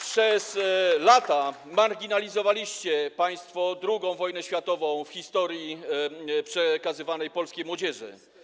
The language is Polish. Przez lata marginalizowaliście państwo II wojnę światową w historii przekazywanej polskiej młodzieży.